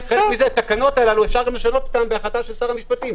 את התקנות האלה אפשר לשנות בהחלטה של שר המשפטים.